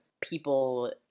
people